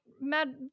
mad